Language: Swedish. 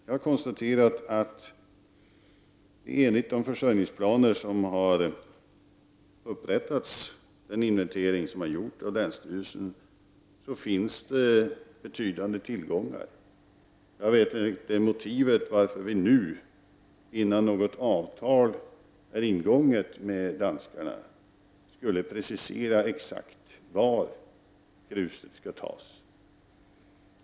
Jag har konstaterat att det enligt de försörjningsplaner som har upprättats och den inventering som har gjorts av länsstyrelsen finns betydande tillgångar. Jag förstår inte motivet till att vi nu, innan något avtal är ingånget med danskarna, skulle precisera exakt varifrån gruset skall tas.